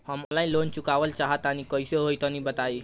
हम online loan चुकावल चाहऽ तनि कइसे होई तनि बताई?